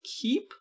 keep